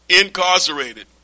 Incarcerated